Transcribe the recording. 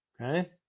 okay